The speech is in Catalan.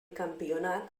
campionat